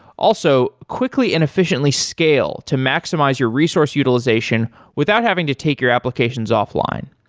also, quickly and efficiently scale to maximize your resource utilization without having to take your applications offline.